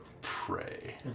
pray